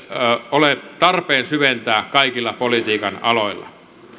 ole tarpeen syventää kaikilla politiikan aloilla